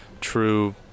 true